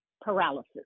paralysis